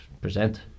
present